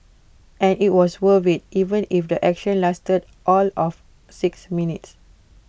and IT was worth IT even if the action lasted all of six minutes